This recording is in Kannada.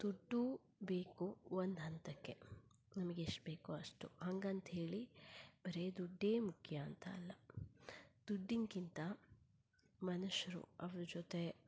ದುಡ್ಡು ಬೇಕು ಒಂದು ಹಂತಕ್ಕೆ ನಮಗೆ ಎಷ್ಟು ಬೇಕೋ ಅಷ್ಟು ಹಂಗಂತ ಹೇಳಿ ಬರಿ ದುಡ್ಡೇ ಮುಖ್ಯ ಅಂತ ಅಲ್ಲ ದುಡ್ಡಿನಕ್ಕಿಂತ ಮನುಷ್ಯರು ಅವ್ರ ಜೊತೆ